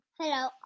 Hello